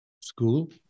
school